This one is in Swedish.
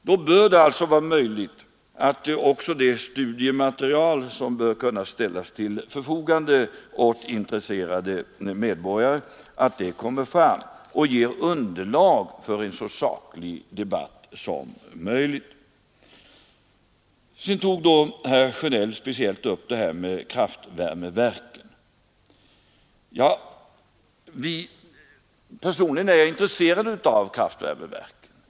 Då skall också det studiematerial som bör kunna ställas till förfogande åt intresserade medborgare kunna komma fram och ge underlag för en så saklig debatt som möjligt. Sedan tog herr Sjönell speciellt upp kraftvärmeverken. Personligen är jag intresserad av kraftvärmeverk.